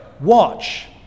watch